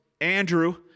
Andrew